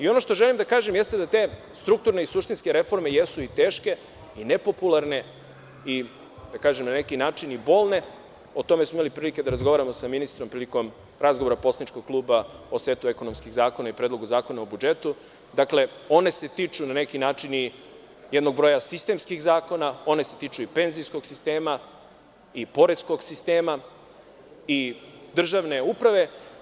Ono što želim da kažem jeste da strukturne i suštinske reforme jesu i teške i nepopularne, i da kažem na neki način i bolne, o tome smo imali prilike da razgovaramo sa ministrom prilikom razgovora poslaničkog kluba o setu ekonomskih zakona i Predlogu zakona o budžetu, dakle one se tiču na neki način i jednog broja sistemskih zakona, one se tiču i penzijskog sistema, i poreskog sistema, i državne uprave.